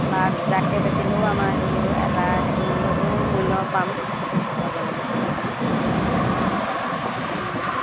বা গোটাকে বেচিলেও আমাৰ সেইটো এটা সেইটো সেইটো মূল্য পাম লগে লগে